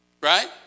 Right